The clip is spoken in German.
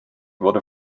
wurde